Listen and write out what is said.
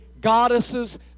goddesses